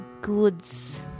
Goods